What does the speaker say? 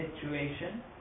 situation